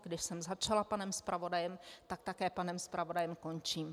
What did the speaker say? Když jsem začala panem zpravodajem, tak také panem zpravodajem končím.